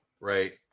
right